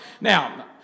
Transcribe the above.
Now